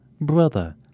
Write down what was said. brother